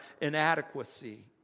inadequacy